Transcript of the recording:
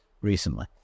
recently